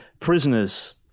prisoners